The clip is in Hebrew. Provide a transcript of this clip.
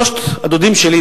שלושת הדודים שלי,